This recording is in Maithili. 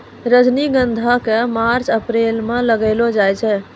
रजनीगंधा क मार्च अप्रैल म लगैलो जाय छै